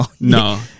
No